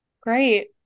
Great